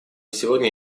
сегодня